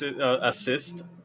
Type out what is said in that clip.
assist